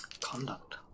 Conduct